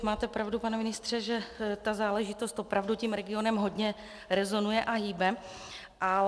Máte pravdu, pane ministře, že ta záležitost opravdu tím regionem hodně rezonuje a hýbe.